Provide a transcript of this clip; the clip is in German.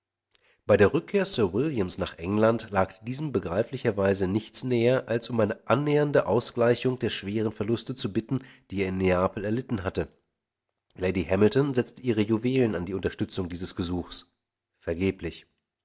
bei der rückkehr sir williams nach england lag diesem begreiflicherweise nichts näher als um annähernde ausgleichung der schweren verluste zu bitten die er in neapel erlitten hatte lady hamilton setzte ihre juwelen an die unterstützung dieses gesuchs vergeblich